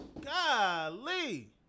Golly